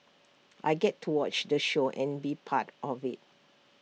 I get to watch the show and be part of IT